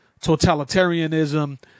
totalitarianism